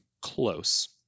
close